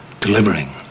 delivering